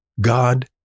God